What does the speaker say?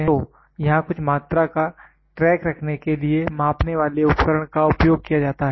तो यहां कुछ मात्रा का ट्रैक रखने के लिए मापने वाले उपकरण का उपयोग किया जाता है